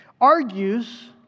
argues